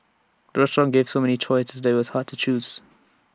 the restaurant gave so many choices that IT was hard to choose